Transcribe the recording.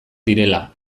direla